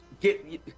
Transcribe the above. get